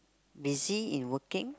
busy in working